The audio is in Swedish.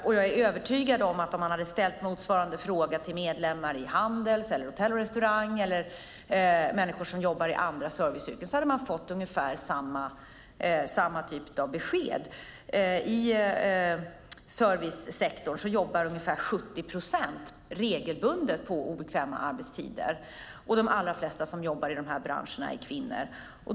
Och jag är övertygad om att om man hade ställt motsvarande fråga till medlemmar i Handels, Hotell och Restaurangfacket eller människor som jobbar i andra serviceyrken hade man fått ungefär samma typ av besked. I servicesektorn jobbar ungefär 70 procent regelbundet på obekväma arbetstider, och de allra flesta som jobbar i de här branscherna är kvinnor.